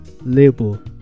label